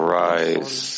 rise